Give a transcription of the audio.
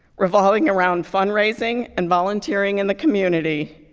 revolving around fundraising and volunteering in the community.